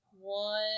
One